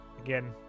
again